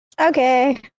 Okay